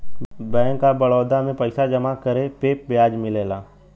bank of Baroda में पइसा जमा करे पे ब्याज मिलला